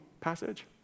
passage